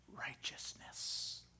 righteousness